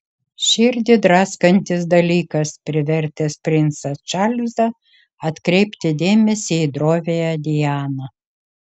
širdį draskantis dalykas privertęs princą čarlzą atkreipti dėmesį į droviąją dianą